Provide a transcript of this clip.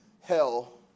hell